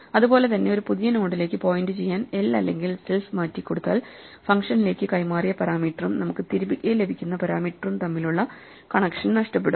അതുപോലെ തന്നെ ഒരു പുതിയ നോഡിലേക്ക് പോയിന്റു ചെയ്യാൻ l അല്ലെങ്കിൽ സെൽഫ് മാറ്റി കൊടുത്താൽ ഫംഗ്ഷനിലേക്ക് കൈമാറിയ പരാമീറ്ററും നമുക്ക് തിരികെ ലഭിക്കുന്ന പാരാമീറ്ററും തമ്മിലുള്ള കണക്ഷൻ നഷ്ടപ്പെടും